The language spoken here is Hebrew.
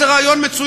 על חשבונך.